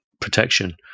protection